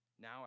Now